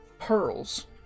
pearls